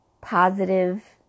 positive